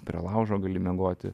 prie laužo gali miegoti